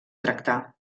tractà